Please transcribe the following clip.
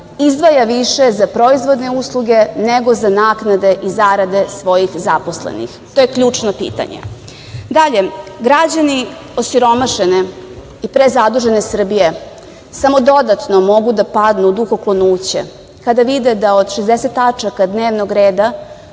izdvaja više za proizvodne usluge nego za naknade i zarade svojih zaposlenih? To je ključno pitanje. Građani osiromašene i prezadužene Srbije samo dodatno mogu da padnu u duhoklonuće kada vide da od 60 tačaka dnevnog reda